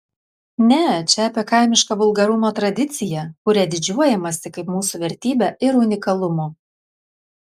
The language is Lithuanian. ne čia apie kaimišką vulgarumo tradiciją kuria didžiuojamasi kaip mūsų vertybe ir unikalumu